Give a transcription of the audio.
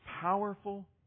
powerful